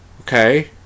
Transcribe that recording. okay